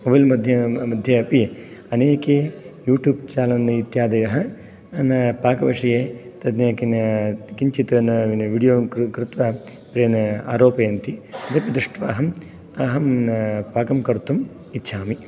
mobile मध्ये मध्ये अपि अनेके यूट्यूब् चेनेल् इत्यादयः न पाकविषये तत् किञ्चित् न वीडियो कृत्वा प्रन् आरोपयन्ति तद्दृष्ट्वा अहं अहं पाकं कर्तुम् इच्छामि